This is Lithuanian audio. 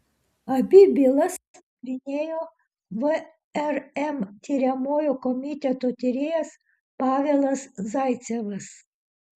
abi bylas nagrinėjo vrm tiriamojo komiteto tyrėjas pavelas zaicevas